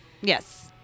Yes